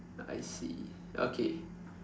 I see okay